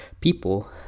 people